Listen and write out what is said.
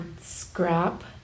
scrap